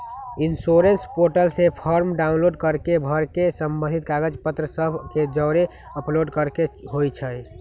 insurance portal से form download कऽ के भर के संबंधित कागज पत्र सभ के जौरे अपलोड करेके होइ छइ